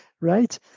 Right